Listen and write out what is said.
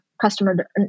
customer